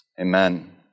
Amen